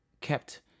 kept